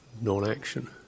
non-action